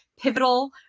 pivotal